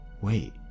Wait